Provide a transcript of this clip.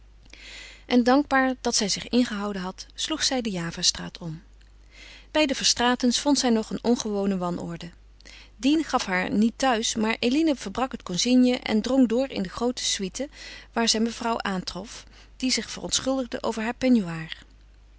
en dankbaar dat zij zich ingehouden had sloeg zij de javastraat om bij de verstraetens vond zij nog een ongewone wanorde dien gaf haar niet thuis maar eline verbrak het consigne en drong door in de groote suite waar zij mevrouw aantrof die zich verontschuldigde over haar